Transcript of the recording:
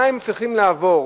מה הם צריכים לעבור